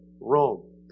Rome